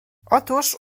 otóż